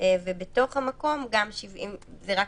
כל מה שרלוונטי כי זה מקום שמשלב